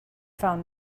found